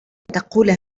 تقول